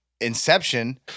inception